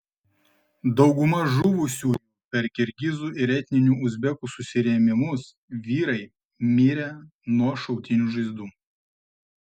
dauguma žuvusiųjų per kirgizų ir etninių uzbekų susirėmimus vyrai mirę nuo šautinių žaizdų